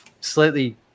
slightly